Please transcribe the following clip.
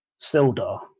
Sildar